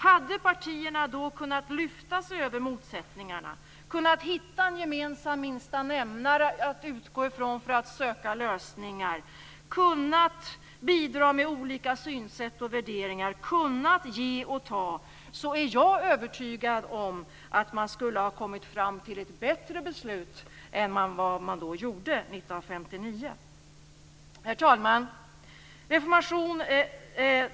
Hade partierna då kunnat lyfta sig över motsättningarna och hitta en gemensam minsta nämnare att utgå från för att söka lösningar, kunnat bidra med olika synsätt och värderingar, kunnat ge och ta, är jag övertygad om att man skulle ha kommit fram till ett bättre beslut än vad man gjorde 1959. Herr talman!